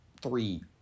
three